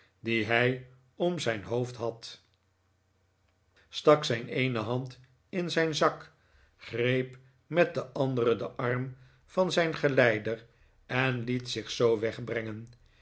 dien hij om zijn hoofd had stak zijn eene hand in zijn zak greep met de andere den arm van zijn geleider en liet zich zoo wegbrengen